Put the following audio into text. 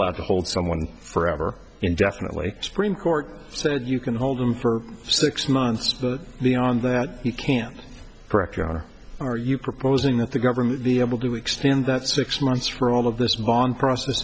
allowed to hold someone forever indefinitely spring court said you can hold them for six months but the on that you can't correct you on are you proposing that the government be able to extend that six months for all of this von process